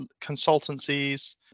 consultancies